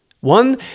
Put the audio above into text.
One